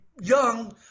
young